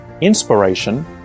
inspiration